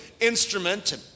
instrument